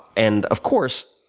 and of course,